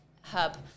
hub